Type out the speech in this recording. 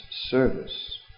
service